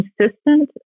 consistent